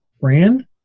brand